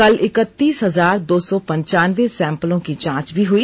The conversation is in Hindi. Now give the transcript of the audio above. कल इक्तीस हजार दो सौ पंचानवें सैंपलों की जांच भी हई